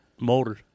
motor